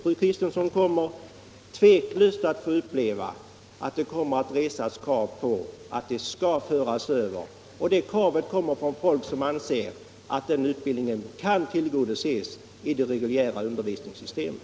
Fru Kristensson kommer utan tvivel att få uppleva att det kommer att resas många krav från folk i riksdagen som på goda grunder anser att polisutbildningen kan ske i det reguljära undervisningssystemet.